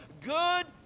good